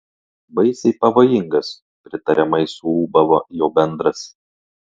baisiai pavojingas pritariamai suūbavo jo bendras